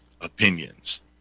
opinions